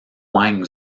huang